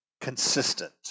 consistent